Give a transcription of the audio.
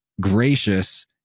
gracious